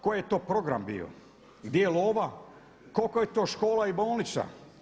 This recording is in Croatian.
Koji je to program bio, di je lova, koliko je to škola i bolnica?